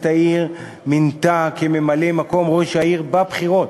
העיר מינתה כממלא-מקום ראש העיר בבחירות,